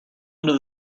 under